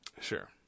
sure